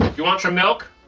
do want some milk?